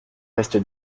reste